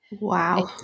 wow